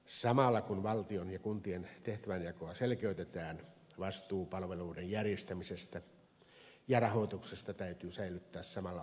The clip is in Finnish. samalla kun valtion ja kuntien tehtävänjakoa selkeytetään vastuu palveluiden järjestämisestä ja rahoituksesta täytyy säilyttää samalla organisaatiolla peruskunnalla